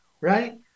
right